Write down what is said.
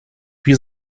wir